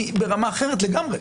היא ברמה אחרת לגמרי,